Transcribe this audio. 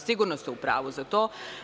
Sigurno ste u pravu za to.